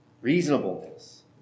reasonableness